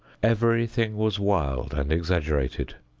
everything was wild and exaggerated.